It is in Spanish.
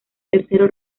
tercero